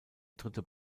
dritte